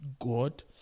God